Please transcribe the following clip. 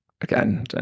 again